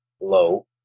low